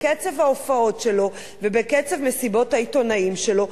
בקצב ההופעות שלו ובקצב מסיבות העיתונאים שלו,